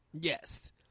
Yes